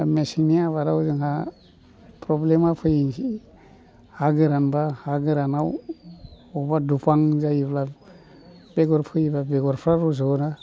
दा मेसेंनि आबादाव जोंहा प्रब्लेमा फैनोसै हा गोरानबा हा गोरानाव बबेबा दुफां जायोबा बेगर फोयोबा बेगरफोरा रज'गोना